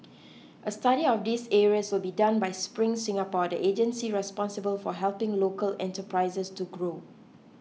a study of these areas will be done by Spring Singapore the agency responsible for helping local enterprises to grow